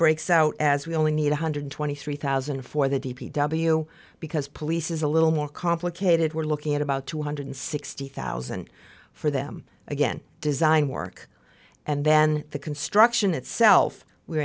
breaks out as we only need one hundred twenty three thousand for the d p w because police is a little more complicated we're looking at about two hundred sixty thousand for them again design work and then the construction itself we're